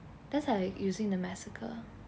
that's like using the massacre